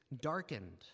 darkened